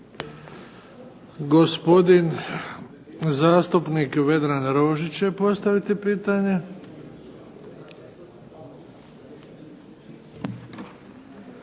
Gospodin zastupnik Vedran Rožić će postaviti pitanje.